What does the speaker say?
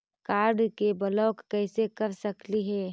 Card के block कैसे कर सकली हे?